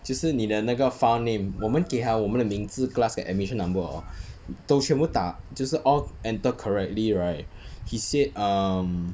就是你的那个 file name 我们给他我们的名字 class 跟 admission number hor 都全部打就是 all enter correctly right he said um